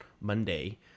Monday